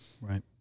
Right